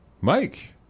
Mike